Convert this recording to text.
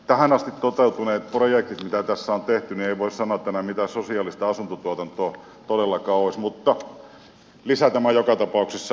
tähän asti toteutuneista projekteista mitä on tehty ei voi sanoa että ne mitään sosiaalista asuntotuotantoa todellakaan olisivat mutta lisä tämä on joka tapauksessa on ja hyvä lisä